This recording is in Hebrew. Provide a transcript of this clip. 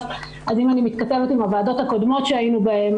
אז אם אני מתכתבת עם הוועדות הקודמות שהיינו בהן,